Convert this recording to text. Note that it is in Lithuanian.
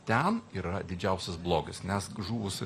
ten yra didžiausias blogis nes žuvus